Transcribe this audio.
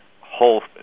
whole